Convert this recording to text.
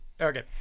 Okay